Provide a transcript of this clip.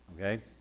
okay